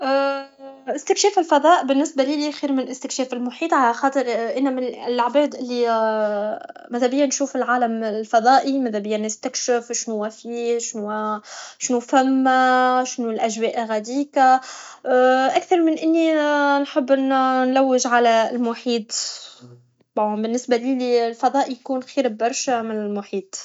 استكشاف الفضاء بالنسبه لي خير من استكشاف المحيط انا من لعباد مذابيا نشوف العالم الفضائي مذابيا نستكسف شنوا لي فيه شنو ثم شنو الأجواء غديكا اكثر من اني نحب نلوج على المحيط بف بونبالنسبه لي الفضاء يكون خير ببرشه من المحيط